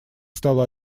стало